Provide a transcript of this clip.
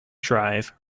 drive